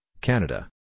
Canada